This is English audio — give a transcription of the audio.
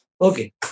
Okay